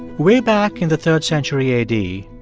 way back in the third century a d,